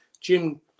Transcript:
Jim